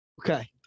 Okay